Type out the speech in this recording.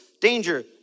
danger